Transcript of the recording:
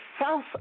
South